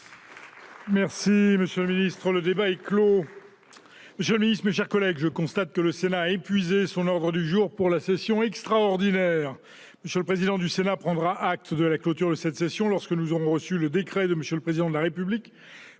des finances publiques. Monsieur le ministre, mes chers collègues, je constate que le Sénat a épuisé son ordre du jour pour la session extraordinaire. M. le président du Sénat prendra acte de la clôture de cette session lorsque nous aurons reçu le décret de M. le Président de la République